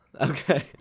Okay